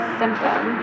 symptom